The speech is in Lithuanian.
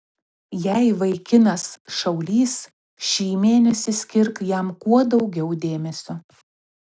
jei vaikinas šaulys šį mėnesį skirk jam kuo daugiau dėmesio